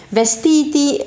vestiti